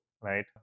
right